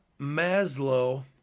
Maslow